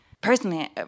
personally